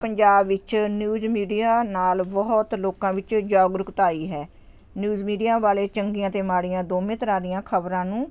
ਪੰਜਾਬ ਵਿੱਚ news media ਨਾਲ ਬਹੁਤ ਲੋਕਾਂ ਵਿੱਚ ਜਾਗਰੂਕਤਾ ਆਈ ਹੈ ਨਿਊਜ਼ ਮੀਡੀਆ ਵਾਲੇ ਚੰਗੀਆਂ ਅਤੇ ਮਾੜੀਆਂ ਦੋਵੇਂ ਤਰ੍ਹਾਂ ਦੀਆਂ ਖ਼ਬਰਾਂ ਨੂੰ